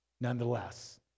nonetheless